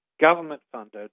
government-funded